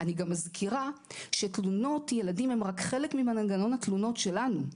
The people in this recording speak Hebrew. אני גם מזכירה שתלונות ילדים הן רק חלק ממנגנון התלונות שלנו.